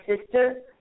sister